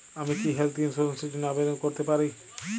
আমি কি health insurance র জন্য আবেদন করতে পারি?